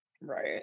right